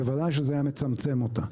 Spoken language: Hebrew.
בוודאי שזה היה מצמצם אותה.